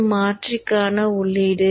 இது மாற்றிக்கான உள்ளீடு